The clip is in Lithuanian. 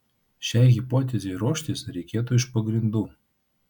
šiai hipotezei ruoštis reikėtų iš pagrindų